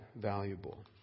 valuable